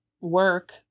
work